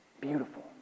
beautiful